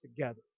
together